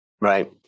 Right